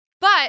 But-